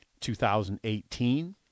2018